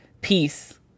peace